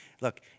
Look